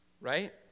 right